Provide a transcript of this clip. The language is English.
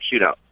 shootout